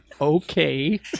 Okay